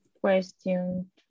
Question